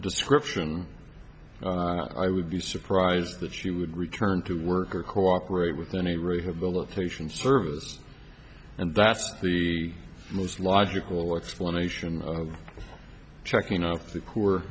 description i would be surprised that she would return to work or cooperate with any rehabilitation service and that's the most logical explanation of checking